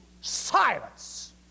silence